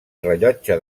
rellotge